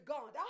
God